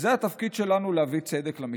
זה התפקיד שלנו להביא צדק למשפחות.